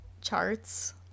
charts